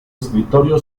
escritorio